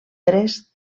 tres